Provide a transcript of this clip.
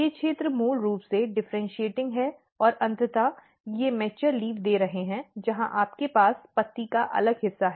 ये क्षेत्र मूल रूप से डिफ़र्इन्शीएटिंग हैं और अंततः वे परिपक्व पत्ती दे रहे हैं जहां आपके पास पत्ती का अलग हिस्सा है